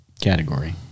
category